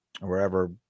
wherever